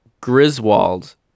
Griswold